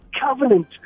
covenant